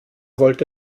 wollte